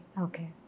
Okay